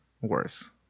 worse